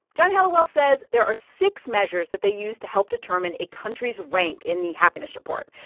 john helliwell says there are six measures that they use to help determine a country's rank in the happiness report.